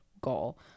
goal